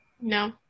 No